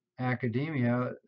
academia